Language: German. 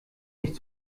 nicht